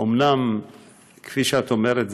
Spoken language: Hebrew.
אומנם כפי שאת אומרת,